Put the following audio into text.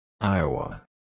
Iowa